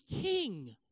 king